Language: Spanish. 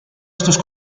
estos